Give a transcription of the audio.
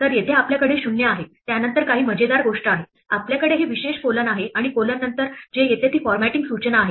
तर येथे आपल्याकडे 0 आहे त्यानंतर काही मजेदार गोष्ट आहे आपल्याकडे हे विशेष कोलन आहे आणि कोलन नंतर जे येते ती फॉरमॅटींग सूचना आहे